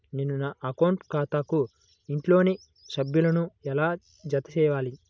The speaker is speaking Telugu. నేను నా అకౌంట్ ఖాతాకు ఇంట్లోని సభ్యులను ఎలా జతచేయాలి?